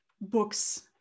books